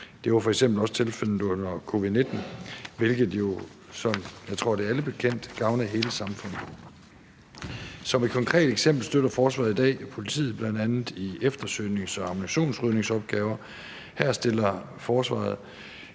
Det var f.eks. også tilfældet under covid-19, hvilket jo, som jeg tror alle er bekendt med, gavnede hele samfundet. Som et konkret eksempel støtter forsvaret i dag bl.a. politiet i eftersøgnings- og ammunitionsrydningsopgaver. Her stiller forsvaret